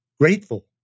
grateful